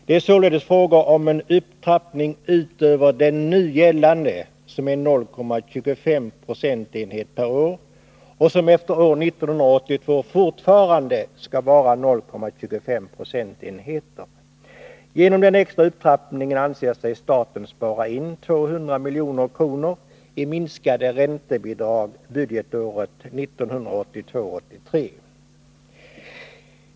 Det är således fråga om en upptrappning utöver den nu gällande, som är 0,25 procentenheter per år och som efter år 1982 fortfarande skall vara 0,25 procentenheter. Genom den extra upptrappningen anser sig staten spara in 200 milj.kr. i minskade räntebidrag budgetåret 1982/83.